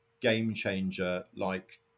game-changer-like